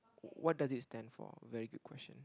what does it stand for very good question